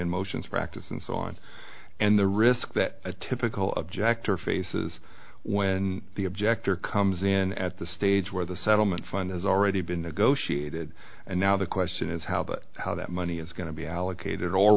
and motions practice and so on and the risk that a typical objector faces when the objector comes in at the stage where the settlement fund has already been negotiated and now the question is how that how that money is going to be allocated or